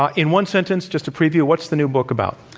ah in one sentence, just a preview. what's the new book about?